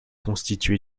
constitué